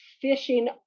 fishing